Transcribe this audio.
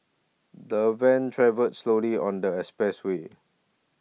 the van travelled slowly on the expressway